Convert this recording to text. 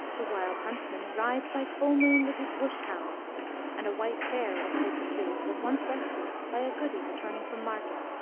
the wild huntsman rides by full moon with his wush hounds and a white hare which they pursued was once rescued by a goody returning from market,